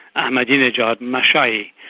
ahmadinejad, mashaei.